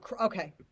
Okay